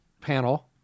panel